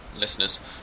listeners